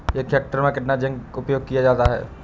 एक हेक्टेयर में कितना जिंक का उपयोग किया जाता है?